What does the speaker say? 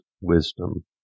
wisdom